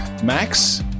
Max